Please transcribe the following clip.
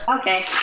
okay